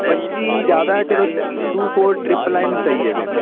ਪੱਚੀ ਜ਼ਿਆਦਾ ਚਲੋ ਟੂ ਫੋਰ ਟਰਿਪਲ ਨਾਈਨ ਸਹੀ ਆ ਫਿਰ